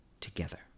together